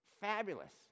Fabulous